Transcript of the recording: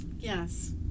Yes